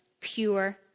pure